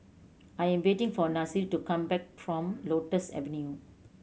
I am waiting for Nasir to come back from Lotus Avenue